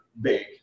big